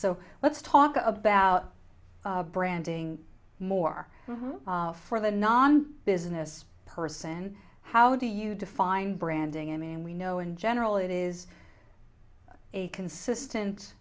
so let's talk about branding more for the non business person how do you define branding i mean we know in general it is a consistent